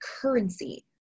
currency